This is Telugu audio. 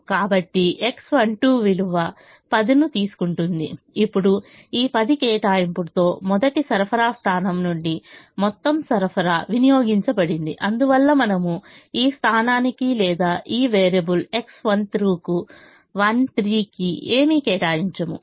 కాబట్టి X12 విలువ 10 ను తీసుకుంటుంది ఇప్పుడు ఈ 10 కేటాయింపుతో మొదటి సరఫరా స్థానం నుండి మొత్తం సరఫరా వినియోగించబడింది అందువల్ల మనము ఈ స్థానానికి లేదా ఈ వేరియబుల్ X13 కు ఏమీ కేటాయించము